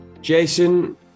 Jason